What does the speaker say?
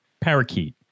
parakeet